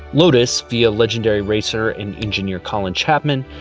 lotus, via legendary racer and engineer colin chapman,